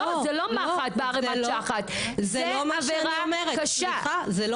לא, זה לא מחט בערימת שחת.